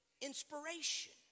inspiration